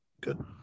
Good